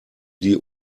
die